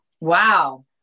wow